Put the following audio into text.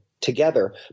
together